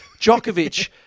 Djokovic